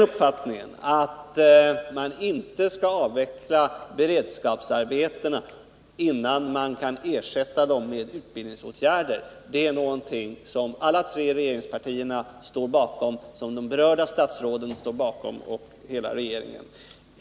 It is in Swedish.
Uppfattningen att man inte skall avveckla beredskapsarbetena innan man kan ersätta dem med utbildningsåtgärder står alltså alla tre regeringspartierna, de berörda statsråden och hela regeringen bakom.